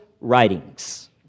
writings